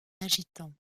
agitant